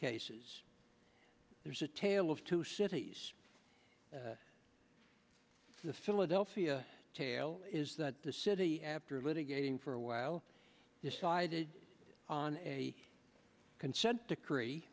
cases there's a tale of two cities the philadelphia tale is that the city after litigating for awhile decided on a consent decree